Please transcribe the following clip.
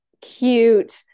cute